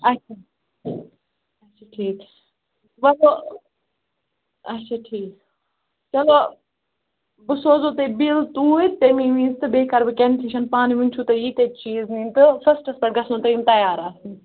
اَچھا اَچھا ٹھیٖک وۅنۍ گوٚو اَچھا ٹھیٖک چلو بہٕ سوزہو تۄہہِ بِل توٗرۍ تَمی وِزِ تہٕ بیٚیہِ کرٕ بہٕ کینسیشَن پانہٕ وٲنۍ چھِو تۄہہِ ییٖتیٛاہ چیٖز ہیٚنۍ تہٕ فٔسٹس پیٚٹھ گژھنَو تۄہہِ یِم تَیار آسٕنۍ